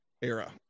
era